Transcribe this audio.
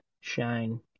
shine